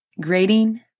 grading